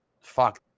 fuck